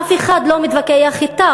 אף אחד לא מתווכח אתה.